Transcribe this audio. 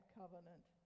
covenant